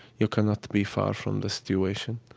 you cannot be far from the situation.